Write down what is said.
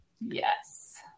Yes